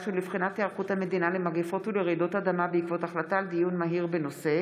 ולבחינת היערכות המדינה למגפות ולרעידות אדמה בעקבות דיון מהיר בהצעתו